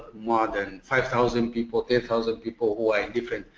more than five thousand people, ten thousand people who are different.